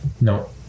No